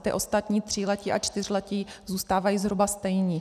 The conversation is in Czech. Ti ostatní tříletí a čtyřletí zůstávají zhruba stejní.